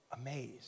amazed